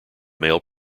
male